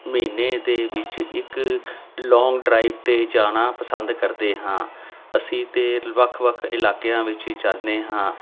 ਮਹੀਨੇ ਦੇ ਵਿੱਚ ਇੱਕ ਲੋਂਗ ਡਰਾਈਵ 'ਤੇ ਜਾਣਾ ਪਸੰਦ ਕਰਦੇ ਹਾਂ ਅਸੀਂ ਤਾਂ ਵੱਖ ਵੱਖ ਇਲਾਕਿਆਂ ਵਿੱਚ ਜਾਂਦੇ ਹਾਂ